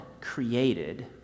created